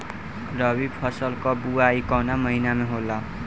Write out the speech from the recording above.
रबी फसल क बुवाई कवना महीना में होला?